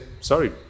sorry